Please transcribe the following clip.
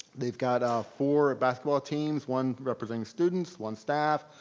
they've got ah four basketball teams, one representing students, one staff,